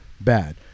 bad